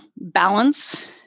balance